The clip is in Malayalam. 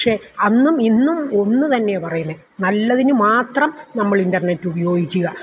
പക്ഷെ അന്നും ഇന്നും ഒന്ന് തന്നെ പറയുന്നത് നല്ലതിന് മാത്രം നമ്മൾ ഇൻറ്റർനെറ്റ് ഉപയോഗിക്കുക